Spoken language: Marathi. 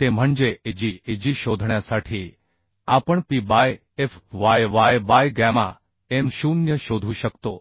ते म्हणजे Ag Ag शोधण्यासाठी आपण P by Fy Y by gamma m 0 शोधू शकतो